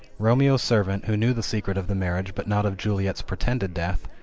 romeo's servant, who knew the secret of the marriage but not of juliet's pretended death,